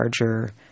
larger